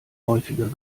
häufiger